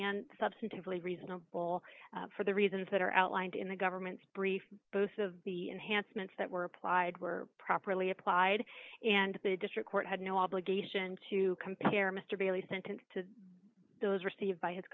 and substantively reasonable for the reasons that are outlined in the government's brief both of the enhanced ments that were applied were properly applied and the district court had no obligation to compare mr bailey sentence to those received by his